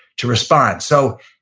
to respond. so,